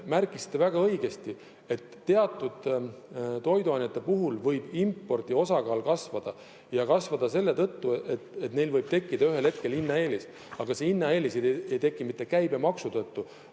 märkisite väga õigesti, et teatud toiduainete puhul võib impordi osakaal kasvada. Ja kasvada selle tõttu, et neil võib tekkida ühel hetkel hinnaeelis. Aga see hinnaeelis ei teki mitte käibemaksu tõttu,